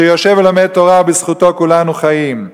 שיושב ולומד תורה ובזכותו כולנו חיים.